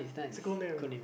it's a cool name